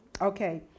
Okay